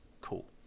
Cool